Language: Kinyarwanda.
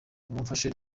nimumfashe